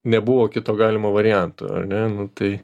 nebuvo kito galimo varianto ar ne tai